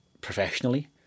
professionally